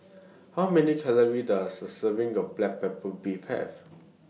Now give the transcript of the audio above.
How Many Calories Does A Serving of Black Pepper Beef Have